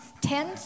ten